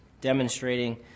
demonstrating